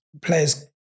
Players